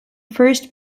first